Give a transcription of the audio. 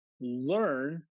learn